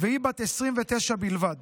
והיא בת 29 בלבד.